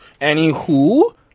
Anywho